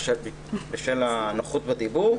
בשל הנוחות בדיבור.